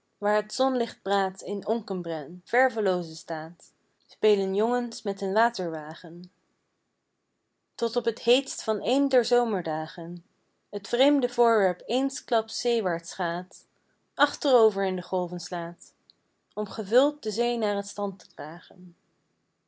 waar het zonlicht braadt in onkenbren verveloozen staat spelen jongens met den waterwagen tot op t heetst van één der zomerdagen t vreemde voorwerp eensklaps zeewaarts gaat achterover in de golven slaat om gevuld de zee naar t strand te dragen